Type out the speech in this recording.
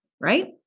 Right